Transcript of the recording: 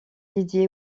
dédié